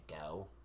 go